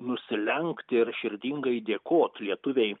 nusilenkti ir širdingai dėkoti lietuvei